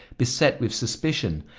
beset with suspicion,